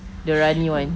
the runny one